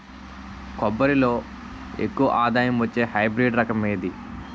కొబ్బరి లో ఎక్కువ ఆదాయం వచ్చే హైబ్రిడ్ రకం ఏది?